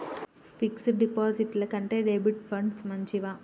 Fix డ్ డిపాజిట్ల కంటే డెబిట్ ఫండ్స్ మంచివా?